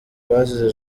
bazize